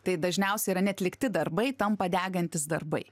tai dažniausiai yra neatlikti darbai tampa degantys darbai